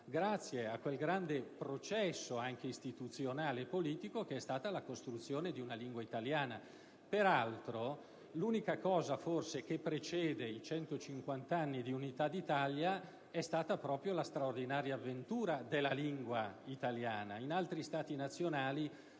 grazie a quel grande processo, anche istituzionale e politico, che è stata la costruzione di una lingua italiana. Ora, l'unica cosa che forse precede i 150 anni dell'Unità d'Italia è stata proprio la straordinaria avventura della lingua italiana. In altri Stati, la lingua